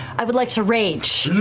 i would like to rage.